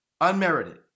unmerited